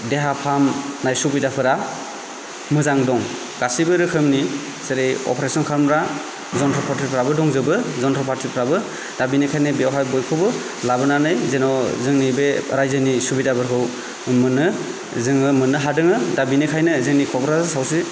देहा फाहामनाय सुबिदाफोरा मोजां दं गासिबो रोखोमनि जेरै अपारेशन खालामग्रा जुन्तु पत्र'फ्राबो दंजोबो जुन्तु पात्रफ्राबो दा बिनिखायनो बेयावहाय बयखौबो लाबोनानै जेन' जोंनि बे रायजोनि सुबिदाफोरखौ मोनो जोंङो मोननो हादों दा बिनिखायनो जोंनि क'क्राझार सावस्रि